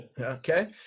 Okay